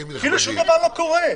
כאילו ששום דבר לא קורה.